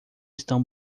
estão